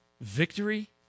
victory